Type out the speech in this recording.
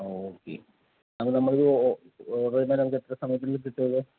okay അപ്പം നമ്മൾ order ചെയ്താൽ എത്ര സമയത്തിനുള്ളിൽ കിട്ടും ഇത്